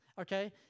okay